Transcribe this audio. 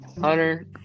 Hunter